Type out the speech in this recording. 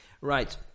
right